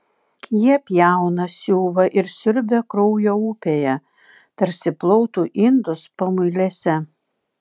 jie pjauna siuva ir siurbia kraujo upėje tarsi plautų indus pamuilėse